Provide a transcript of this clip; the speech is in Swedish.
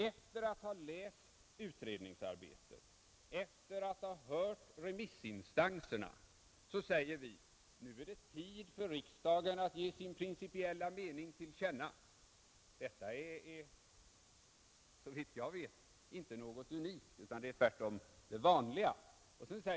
Efter att ha tagit del av utredningsarbetet, efter att ha hört remissinstanserna, säger vi: Nu är det tid för riksdagen att ge sin principiella mening till känna. Detta är, såvitt jag vet, inte något unikt, utan tvärtom det vanliga.